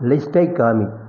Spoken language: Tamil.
லிஸ்ட்டை காமி